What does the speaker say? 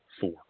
four